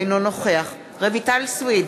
אינו נוכח רויטל סויד,